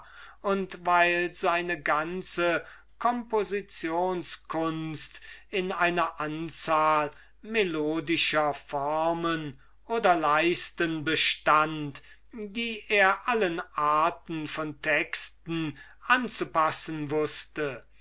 und weil seine ganze compositionskunst in einer kleinen anzahl melodischer formen oder leisten bestund welche zu allen arten von texten passen mußten